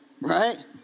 Right